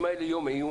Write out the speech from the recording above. אם היה לי יום עיון